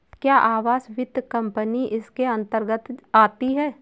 क्या आवास वित्त कंपनी इसके अन्तर्गत आती है?